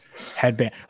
headband